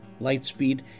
Lightspeed